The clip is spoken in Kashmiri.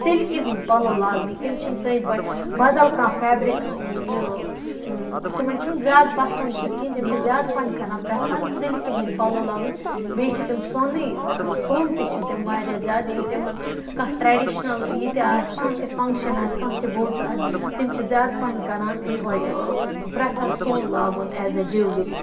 سِلکہِ ہٕنٛد پَلَو لاگنٕکۍ تِم چھِ نہٕ سٲنٛۍ پٲٹھۍ بَدل کانٛہہ فیبرِک تِمَن چھُنہٕ زیادٕ پَسَنٛد سُہ کینٛہہ تِم چھِ زیادٕ پَہَن کران پریٚفَر سِلکہِ ہٕنٛد پَلَو لاگٕنۍ بیٚیہِ چھِ تِم سۄنی سۄن تہِ چھِ تِم واریاہ زیادٕ ییٚلہِ تِمَن کانٛہہ ٹریڈِشنَل کانٛہہ یہِ تہِ آسہِ کانٛہہ تہِ فَنٛگشَن آسہِ کانٛہہ تہِ بوٚڑ دۄہ آسہِ تِم چھِ زیادٕ پَہَم کران یُہے پریٚفَر سۄن لاگُن ایٚز اےٚ جُولری